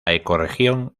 ecorregión